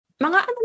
mga